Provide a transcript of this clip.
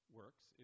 works